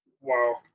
Wow